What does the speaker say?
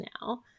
now